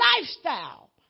lifestyle